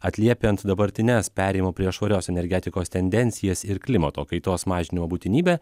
atliepiant dabartines perėjimo prie švarios energetikos tendencijas ir klimato kaitos mažinimo būtinybę